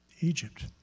Egypt